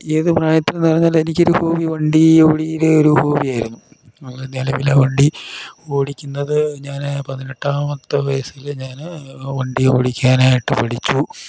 ഏത് പ്രായത്തിൽ എന്ന് പറഞ്ഞാൽ എനിക്കൊരു ഹോബി വണ്ടീ ഓടിക്കൽ ഒരു ഹോബിയായിരുന്നു നിലവിലെ വണ്ടി ഓടിക്കുന്നത് ഞാൻ പതിനെട്ടാമത്തെ വയസ്സിൽ ഞാൻ വണ്ടി ഓടിക്കാനായിട്ട് പഠിച്ചു